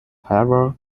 however